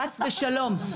חס ושלום.